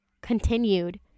continued